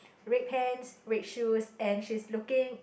red pants red shoes and she is looking